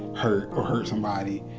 hurt or hurt somebody.